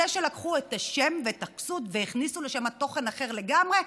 זה שלקחו את השם ואת הכסות והכניסו לשם תוכן אחר לגמרי,